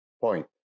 point